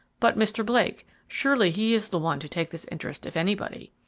but mr. blake? surely he is the one to take this interest if anybody.